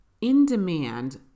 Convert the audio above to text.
in-demand